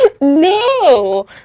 No